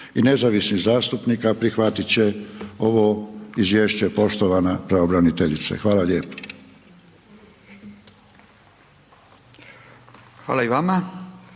i nezavisnih zastupnika prihvat će ovo izvješće, poštovana pravobraniteljice, hvala lijepo. **Radin,